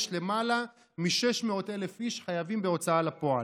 יש למעלה מ-600,000 איש חייבים בהוצאה לפועל,